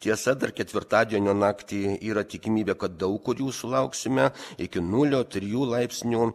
tiesa dar ketvirtadienio naktį yra tikimybė kad daug kur jų sulauksime iki nulio trijų laipsnių